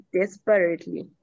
desperately